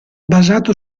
basato